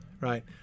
right